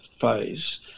phase